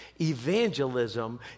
Evangelism